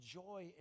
joy